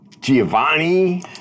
Giovanni